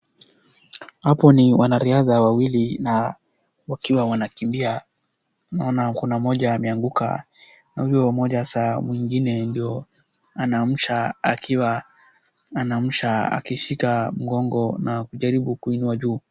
Hapo ni wanariadha wawili na wakiwa Wanakimbia naona Kuna mmoja ameanguka nauyo mmoja sa mwingine anamsha akiwa anamsha akishika akijaribu kuinua mgongo juu